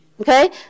Okay